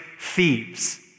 thieves